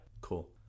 Cool